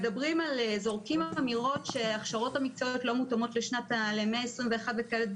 כשזורקים אמירות שההכשרות המקצועיות לא מותאמות למאה ה-21 ודברים כאלה,